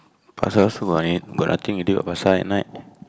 pasar on it got nothing already what pasar at night